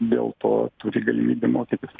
dėl to turi galimybę mokytis